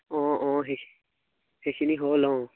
অঁ অঁ সেই সেইখিনি হ'ল অঁ